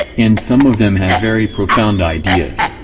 and some of them have very profound ideas.